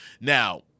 Now